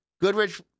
Goodrich